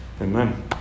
Amen